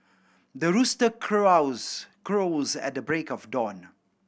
the rooster crows at the break of dawn